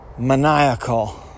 Maniacal